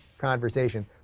conversation